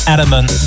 Adamant